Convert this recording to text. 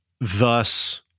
thus